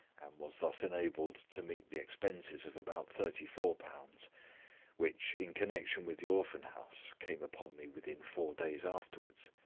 and was thus enabled to meet the expenses of about thirty four pounds which, in connection with the orphan-houses, came upon me within four days afterwards,